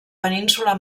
península